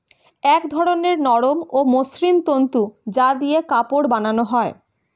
এক ধরনের নরম ও মসৃণ তন্তু যা দিয়ে কাপড় বানানো হয়